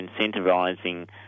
incentivising